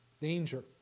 danger